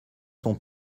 sont